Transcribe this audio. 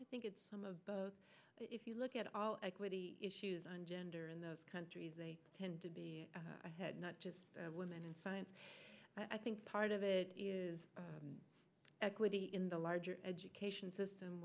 i think it's some of both if you look at all equity issues and gender in those countries they tend to be ahead not just women in science i think part of it is equity in the larger education system